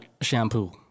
shampoo